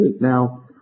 Now